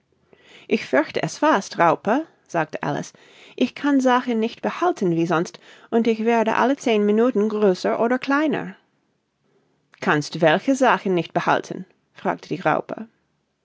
ich fürchte es fast raupe sagte alice ich kann sachen nicht behalten wie sonst und ich werde alle zehn minuten größer oder kleiner kannst welche sachen nicht behalten fragte die raupe